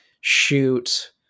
shoot